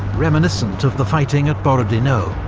reminiscent of the fighting at borodino.